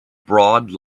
broad